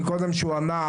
שהוא ענה קודם,